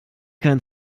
kein